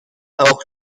auch